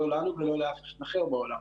לא לנו ולא לאף אחד אחר בעולם.